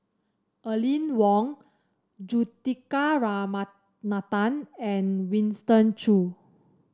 Aline Wong Juthika Ramanathan and Winston Choos